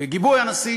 בגיבוי הנשיא